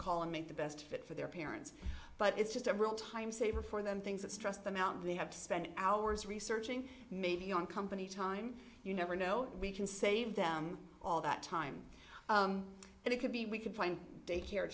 call and make the best fit for their parents but it's just a real time saver for them things that stress them out they have to spend hours researching maybe on company time you never know we can save them all that time and it could be we could find daycare